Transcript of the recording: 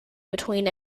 between